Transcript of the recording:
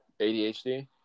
ADHD